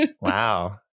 Wow